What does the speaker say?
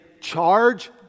charge